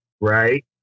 Right